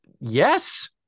Yes